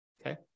Okay